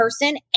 person